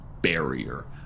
barrier